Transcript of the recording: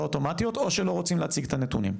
אוטומטיות או שלא רוצים להציג את הנתונים,